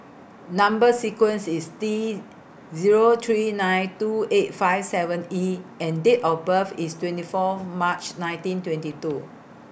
Number sequence IS T Zero three nine two eight five seven E and Date of birth IS twenty four March nineteen twenty two